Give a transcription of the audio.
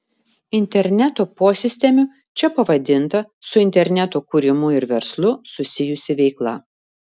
interneto posistemiu čia pavadinta su interneto kūrimu ir verslu susijusi veikla